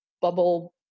bubble